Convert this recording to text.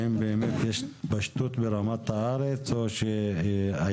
האם באמת יש התפשטות ברמה הארצית או שהייתה